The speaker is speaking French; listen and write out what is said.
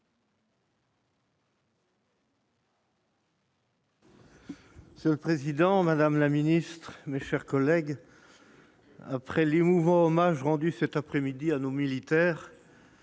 Monsieur le président, madame la ministre, mes chers collègues, après l'émouvant hommage rendu cet après-midi à nos militaires,